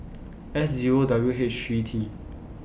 S Zero W H three T